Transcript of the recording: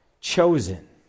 chosen